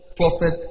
prophet